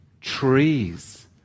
trees